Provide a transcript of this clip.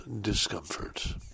Discomfort